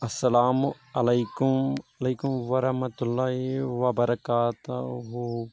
السلام علیکم علیکُم ورحمۃ اللہ وبرکاتہُ